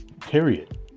period